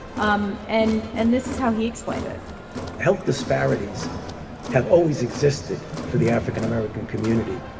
um and and this is how he explained it health disparities have always existed for the african american community.